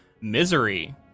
misery